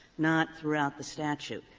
not throughout the statute.